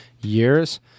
years